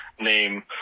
name